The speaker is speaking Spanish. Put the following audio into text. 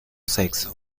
sexo